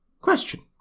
question